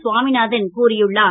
சுவாமிநாதன் கூறியுள்ளார்